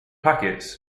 packets